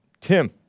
Tim